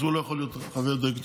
אז הוא לא יכול להיות חבר דירקטוריון.